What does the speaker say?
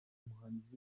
umuhanzi